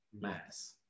Mass